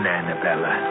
Annabella